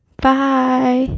Bye